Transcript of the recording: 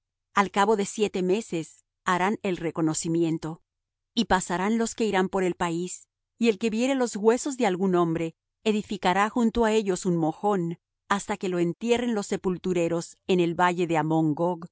al cabo de siete meses harán el reconocimiento y pasarán los que irán por el país y el que viere los huesos de algún hombre edificará junto á ellos un mojón hasta que los entierren los sepultureros en el valle de